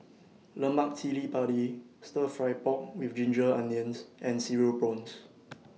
Lemak Cili Padi Stir Fry Pork with Ginger Onions and Cereal Prawns